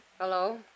Hello